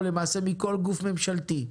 ולמעשה מכל גוף ממשלתי,